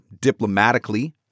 diplomatically